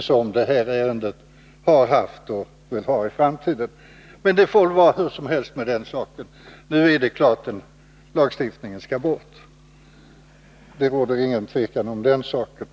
som detta ärende har haft och kommer att ha i framtiden. Men det får vara hur som helst med detta. Nu är det klart att den lagstiftningen skall bort. Det råder inget tvivel om den saken.